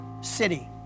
city